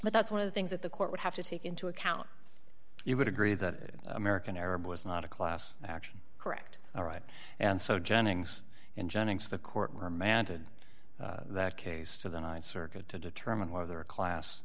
but that's one of the things that the court would have to take into account you would agree that american arab was not a class action correct all right and so jennings and jennings the court remanded that case to the th circuit to determine whether a class